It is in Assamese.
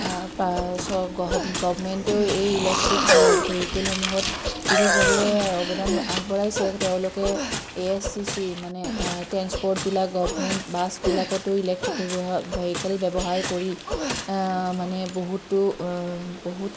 গভমেণ্টেও এই ইলেক্ট্ৰিক ভে ভেহিকেলসমূহত বিশেষভাৱে অৱদান আগবঢ়াইছে তেওঁলোকে এ এছ টি চি মানে ট্ৰেঞ্চপৰ্টবিলাক গভমেণ্ট বাছবিলাকতো ইলেক্ট্ৰিক ব্যৱহা ভেহিকেল ব্যৱহাৰ কৰি মানে বহুতো বহুত